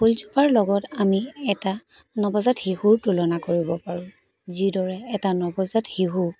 ফুলজোপাৰ লগত আমি এটা নৱজাত শিশুৰ তুলনা কৰিব পাৰোঁ যিদৰে এটা নৱজাত শিশু